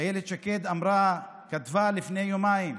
אילת שקד כתבה לפני יומיים: